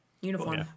Uniform